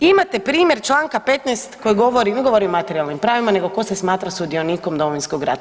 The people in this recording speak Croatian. Imate primjer Članka 15. koji govori ne govori o materijalnim pravima nego tko se smatra sudionikom Domovinskog rata.